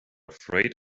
afraid